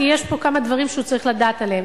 כי יש פה כמה דברים שהוא צריך לדעת עליהם.